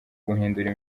guhindura